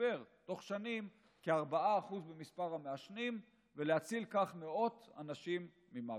במצטבר בתוך שנים כ-4% ממספר המעשנים ולהציל כך מאות אנשים ממוות.